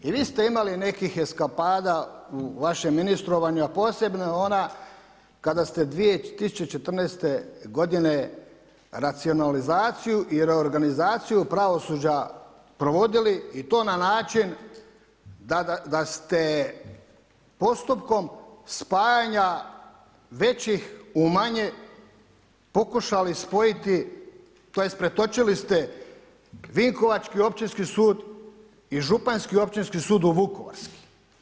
I vi ste imali nekih eskapada u vašem ministrovanju, a posebno ona kada ste 2014. godine racionalizaciju i reorganizaciju pravosuđa provodili i to na način da ste postupkom spajanja većih u manje pokušali spojiti, tj. pretočili ste Vinkovački općinski sud i Županjski općinski sud u Vukovarski.